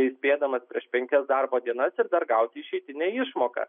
įspėdamas prieš penkias darbo dienas ir dar gauti išeitinę išmoką